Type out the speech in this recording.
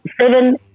Seven